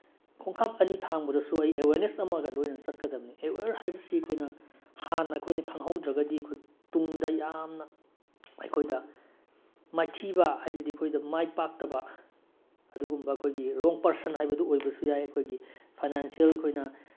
ꯈꯣꯡꯀꯥꯞ ꯑꯅꯤ ꯊꯥꯡꯕꯗꯁꯨ ꯑꯩ ꯑꯦꯋꯦꯔꯅꯦꯁ ꯑꯃꯒ ꯂꯣꯏꯅꯅ ꯆꯠꯀꯗꯕꯅꯤ ꯑꯦꯋꯦꯔ ꯍꯥꯏꯕꯁꯤꯅ ꯍꯥꯟꯅ ꯑꯩꯈꯣꯏꯅ ꯈꯪꯍꯧꯗ꯭ꯔꯒꯗꯤ ꯑꯩꯈꯣꯏ ꯇꯨꯡꯗ ꯌꯥꯝꯅ ꯑꯩꯈꯣꯏꯗ ꯃꯥꯏꯊꯤꯕ ꯍꯥꯏꯕꯗꯤ ꯑꯩꯈꯣꯏꯗ ꯃꯥꯏ ꯄꯥꯛꯇꯕ ꯑꯗꯨꯒꯨꯝꯕ ꯑꯩꯈꯣꯏꯒꯤ ꯔꯣꯡ ꯄꯔꯁꯟ ꯍꯥꯏꯕꯗꯨ ꯑꯣꯏꯕꯁꯨ ꯌꯥꯏ ꯑꯩꯈꯣꯏꯒꯤ ꯐꯩꯅꯥꯟꯁꯦꯜ ꯑꯩꯈꯣꯏꯅ